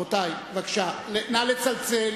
נא לצלצל,